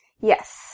yes